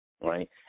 right